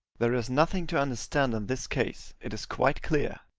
there is nothing to understand in this case it is quite clear.